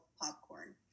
popcorn